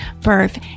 birth